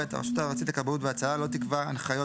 (ב) הרשות הארצית לכבאות והצלה לא תקבע הנחיות